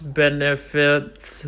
benefits